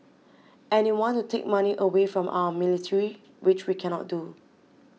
and they want to take money away from our military which we cannot do